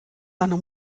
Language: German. seiner